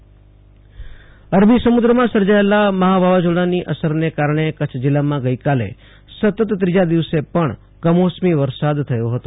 આશતોષ અંતાણી કુચ્છઃ વરસાદ અરબી સમુદ્રમાં સર્જાયેલા મહા વાવાઝોડાની અસરને કારણે કચ્છ જિલ્લામાં ગઈકાલે સતત ત્રીજા દિવસે પણ કમોસમી વરસાદ થયો હતો